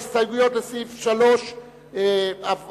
ההסתייגויות לסעיף 3 נפלו,